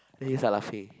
and then you start laughing